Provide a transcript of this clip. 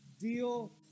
Deal